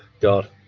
God